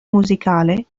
musicale